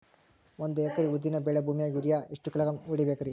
ಒಂದ್ ಎಕರಿ ಉದ್ದಿನ ಬೇಳಿ ಭೂಮಿಗ ಯೋರಿಯ ಎಷ್ಟ ಕಿಲೋಗ್ರಾಂ ಹೊಡೀಬೇಕ್ರಿ?